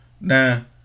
Now